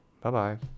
Bye-bye